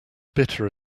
bitter